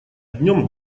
днём